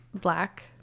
Black